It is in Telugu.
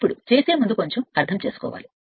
ఇప్పుడు ముందు ఏదైనా కొంచం అర్థం చేసుకోవాలి